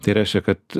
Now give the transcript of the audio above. tai reiškia kad